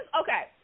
okay